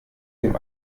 dem